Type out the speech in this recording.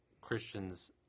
christians